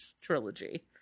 trilogy